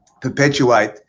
perpetuate